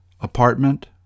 apartment